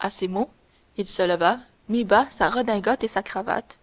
à ces mots il se leva mit bas sa redingote et sa cravate